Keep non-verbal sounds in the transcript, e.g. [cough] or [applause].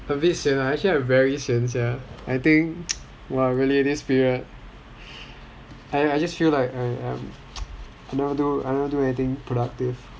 a bit sian ah actually I very sian sia I think !wah! really this period [breath] I just feel like I um never d~ never do anything productive